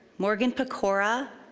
morgan pokora,